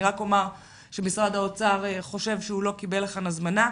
אני רק אומר שמשרד האוצר חושב שהוא לא קיבל לכאן הזמנה.